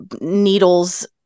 needles